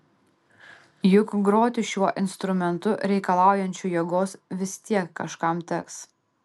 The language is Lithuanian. juk groti šiuo instrumentu reikalaujančiu jėgos vis tiek kažkam teks